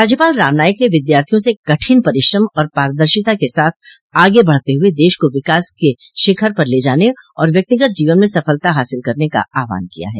राज्यपाल राम नाईक ने विद्यार्थियों से कठिन परिश्रम और पारदर्शिता के साथ आगे बढ़ते हुए देश को विकास की शिखर पर ले जाने और व्यक्तिगत जीवन में सफलता हासिल करने का आहवान किया है